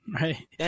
Right